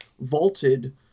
vaulted